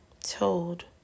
told